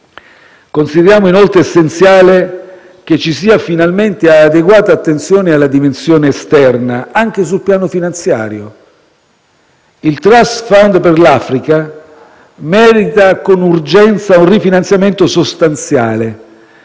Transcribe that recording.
Consideriamo inoltre essenziale che ci sia finalmente adeguata attenzione alla dimensione esterna, anche sul piano finanziario. Il *trust fund* per l'Africa merita con urgenza un rifinanziamento sostanziale